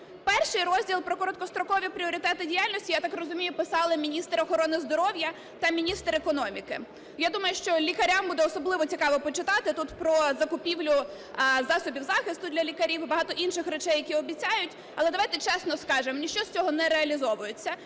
Перший розділ про короткострокові пріоритети діяльності, я так розумію, писали міністр охорони здоров'я та міністр економіки. Я думаю, що лікарям буде особливо цікаво почитати тут про закупівлю засобів захисту для лікарів і багато інших речей, які обіцяють. Але давайте чесно скажемо: ніщо з цього не реалізовується,